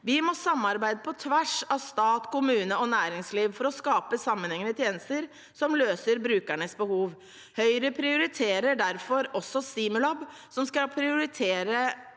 Vi må samarbeide på tvers av stat, kommune og næringsliv for å skape sammenhengende tjenester som løser brukernes behov. Høyre prioriterer derfor også Stimulab, som skal prioritere